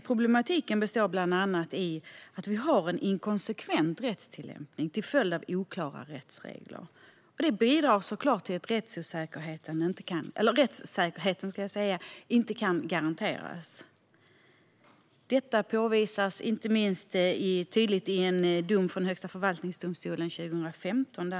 Problematiken består bland annat i en inkonsekvent rättstillämpning till följd av oklara rättsregler. Detta bidrar såklart till att rättssäkerheten inte kan garanteras. Det här påvisas tydligt i inte minst en dom från Högsta förvaltningsdomstolen 2015.